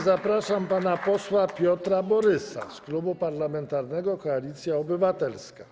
Zapraszam pana posła Piotra Borysa z Klubu Parlamentarnego Koalicja Obywatelska.